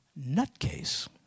nutcase